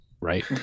right